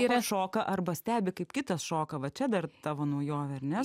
yra šoka arba stebi kaip kitas šoka va čia dar tavo naujovė ar ne